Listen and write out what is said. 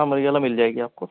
ساں مریزا مل جائے گ آپ کو